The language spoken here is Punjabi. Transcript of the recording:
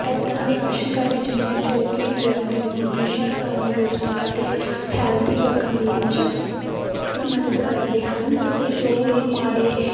ਇਦਾਂ ਦੇ ਆਸਨ ਕਰਨੇ ਚਾਹੀਦੇ ਆ ਜੋ ਕਿ ਵਿਅਕਤੀ ਨੂੰ ਹਮੇਸ਼ਾ ਤੰਦਰੁਸਤ ਅਤੇ ਹੈਲਥੀ ਰੱਖਣ ਦੇ ਵਿੱਚ ਮਦਦ ਕਰਦੇ ਹਨ ਅਤੇ ਯੋਗ ਹਮਾਰੇ